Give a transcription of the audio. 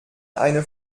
eine